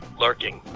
lurking.